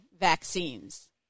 vaccines